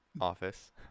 office